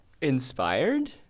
inspired